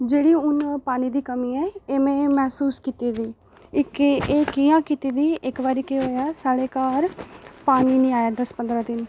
जेह्ड़ी हून पानी दी कमी एह् में मसूस कीती दी एह् केह् एह् कि'यां कीती दी इक बारी केह् होएआ साढ़े घर पानी निं आया